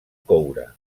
coure